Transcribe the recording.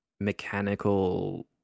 mechanical